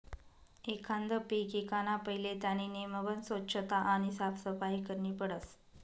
एखांद पीक ईकाना पहिले त्यानी नेमबन सोच्छता आणि साफसफाई करनी पडस